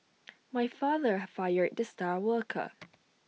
my father fired the star worker